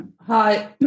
Hi